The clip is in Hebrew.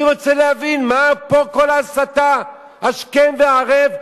אני רוצה להבין מה פה כל ההסתה השכם והערב,